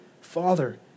father